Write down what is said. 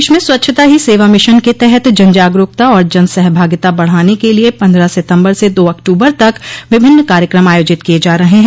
प्रदेश में स्वच्छता ही सेवा मिशन के तहत जनजागरूकता और जनसहभागिता बढ़ाने क लिए पन्द्रह सितम्बर से दो अक्टूबर तक विभिन्न कार्यक्रम आयोजित किये जा रहे हैं